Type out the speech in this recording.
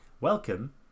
Welcome